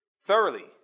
Thoroughly